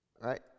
right